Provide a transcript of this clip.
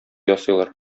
ясыйлар